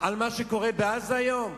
על מה שקורה בעזה היום?